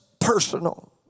personal